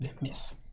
Miss